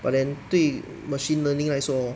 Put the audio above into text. but then 对 machine learning 来说